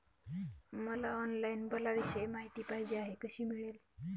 मला ऑनलाईन बिलाविषयी माहिती पाहिजे आहे, कशी मिळेल?